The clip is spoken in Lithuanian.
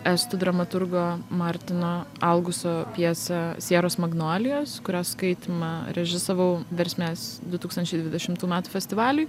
estų dramaturgo martino auguso pjesę sieros magnolijos kurios skaitymą režisavau versmės du tūkstančiai dvidešimtų metų festivaliui